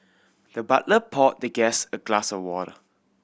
the butler poured the guest a glass of water